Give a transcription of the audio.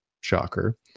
shocker